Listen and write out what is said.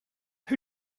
who